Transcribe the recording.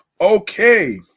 okay